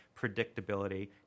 predictability